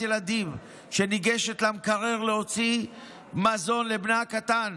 ילדים שניגשת למקרר להוציא מזון לבנה הקטן